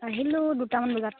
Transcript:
আহিলোঁ দুটামান বজাত